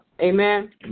Amen